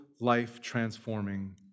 life-transforming